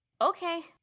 Okay